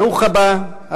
ברוך הבא,